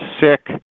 sick